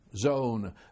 Zone